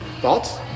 thoughts